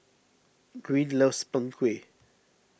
Greene loves Png Kueh